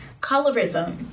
colorism